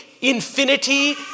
infinity